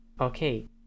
Okay